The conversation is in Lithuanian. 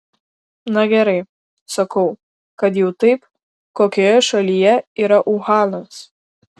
na gerai sakau kad jau taip kokioje šalyje yra uhanas